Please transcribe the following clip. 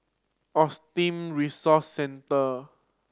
Autism Resource Centre